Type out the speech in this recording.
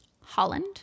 Holland